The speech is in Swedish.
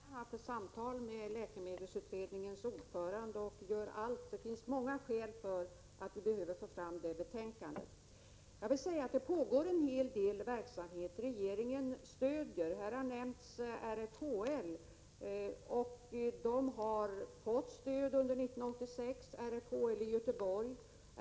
Herr talman! Jag har just i dag på förmiddagen haft ett samtal med läkemedelsutredningens ordförande. Det finns många skäl för att vi behöver få fram utredningens betänkande. Jag vill säga att det pågår en hel del verksamhet. Här har nämnts RFHL. RFHL i Göteborg har fått stöd från regeringen under 1986.